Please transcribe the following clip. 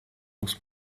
muss